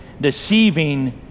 deceiving